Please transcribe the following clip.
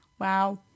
Wow